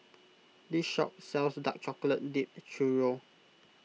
this shop sells Dark Chocolate Dipped Churro